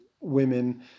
women